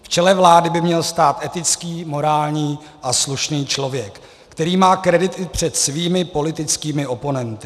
V čele vlády by měl stát etický, morální a slušný člověk, který má kredit i před svými politickými oponenty.